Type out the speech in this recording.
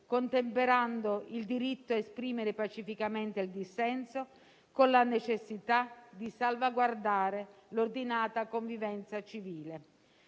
contemperando il diritto a esprimere pacificamente il dissenso con la necessità di salvaguardare l'ordinata convivenza civile.